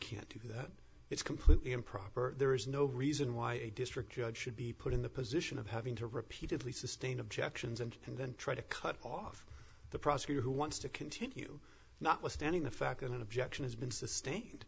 can't do that it's completely improper there is no reason why a district judge should be put in the position of having to repeatedly sustain objections and then try to cut off the prosecutor who wants to continue notwithstanding the fact that an objection has been sustained